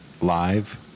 Live